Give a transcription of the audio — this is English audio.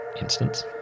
instance